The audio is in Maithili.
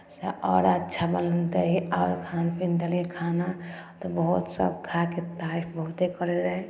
आओर अच्छा बनतै आओर खान पीन देलियै खाना तऽ बहुत सभ खा कऽ तारीफ बहुते करैत रहय